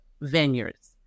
vineyards